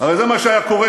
הרי זה מה שהיה קורה.